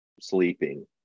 sleeping